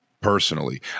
personally